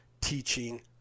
teaching